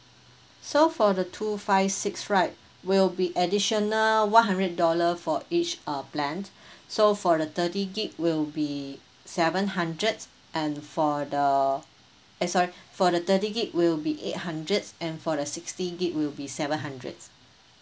so for the two five six right will be additional one hundred dollar for each uh plan so for the thirty gig will be seven hundred and for the eh sorry for the thirty gig will be eight hundred and for the sixty gig will be seven hundred